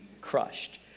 crushed